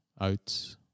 out